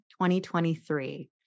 2023